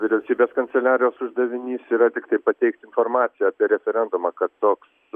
vyriausybės kanceliarijos uždavinys yra tiktai pateikt informaciją apie referendumą kad toks